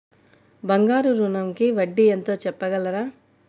బంగారు ఋణంకి వడ్డీ ఎంతో చెప్పగలరా?